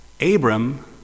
Abram